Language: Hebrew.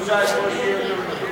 נצביע.